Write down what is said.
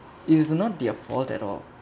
is not their fault at all